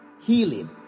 healing